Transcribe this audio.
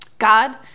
God